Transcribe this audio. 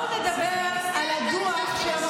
זה שטויות.